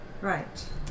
Right